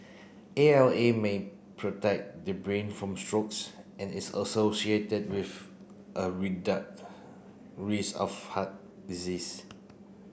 A L A may protect the brain from strokes and is associated with a risk of heart disease